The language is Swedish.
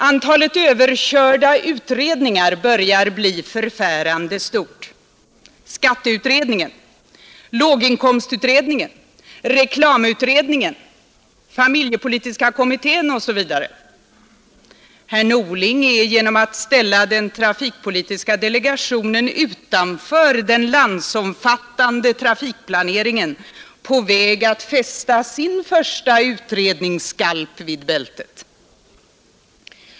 Antalet överkörda utredningar börjar bli förfärande stort: skatteutredningen, låginkomstutredningen, reklamutredningen, familjepolitiska kommittén osv. Herr Norling är genom att ställa den trafikpolitiska delegationen utanför den landsomfattande trafikplaneringen på väg att fästa sin första utredningsskalp vid bältet.